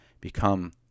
become